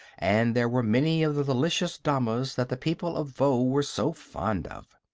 and there were many of the delicious damas that the people of voe were so fond of.